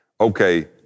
okay